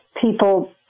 people